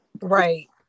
right